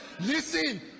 Listen